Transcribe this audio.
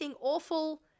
awful